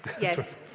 Yes